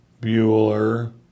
Bueller